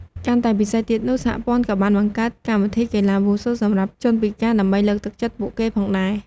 កាន់តែពិសេសទៀតនោះ សហព័ន្ធក៏បានបង្កើតកម្មវិធីកីឡាវ៉ូស៊ូសម្រាប់ជនពិការដើម្បីលើកទឹកចិត្តពួកគេផងដែរ។